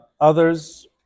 Others